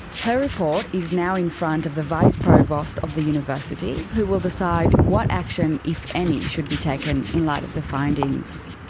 her report is now in front of the vice provost of the university, who will decide what action, if any, should be taken in light of the findings.